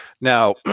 Now